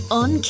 on